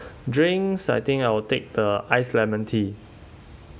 drinks I think I will take the ice lemon tea